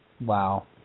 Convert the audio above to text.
Wow